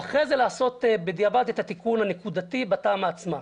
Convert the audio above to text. ואחרי זה לעשות בדיעבד את התיקון הנקודתי בתמ"א עצמה.